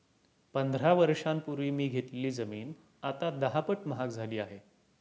पंधरा वर्षांपूर्वी मी घेतलेली जमीन आता दहापट महाग झाली आहे